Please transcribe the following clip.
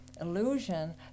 illusion